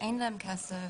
אין להם כסף,